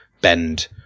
bend